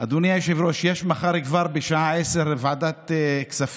את האזרחים בשיעורי אזרחות?